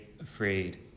afraid